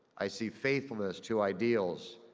i see faithfulness to ideals,